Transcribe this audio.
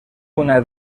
una